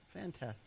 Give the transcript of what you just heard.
Fantastic